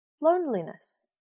loneliness